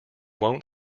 won’t